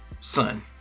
son